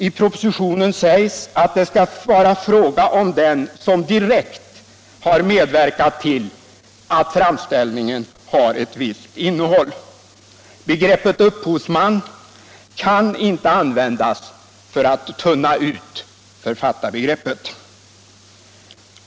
I propositionen sägs att det skall vara fråga om sådan som direkt har medverkat till att framställningen har ett visst innehåll. Begreppet upphovsman kan inte användas för att tunna ut författarbegreppet.